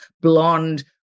blonde